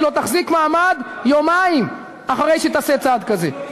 היא לא תחזיק מעמד יומיים אחרי שהיא תעשה צעד כזה.